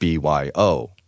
BYO